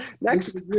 Next